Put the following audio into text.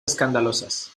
escandalosas